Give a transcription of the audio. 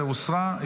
17 הוסרה.